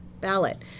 ballot